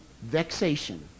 vexation